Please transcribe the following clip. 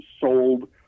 sold